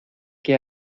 qué